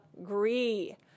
agree